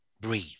breathe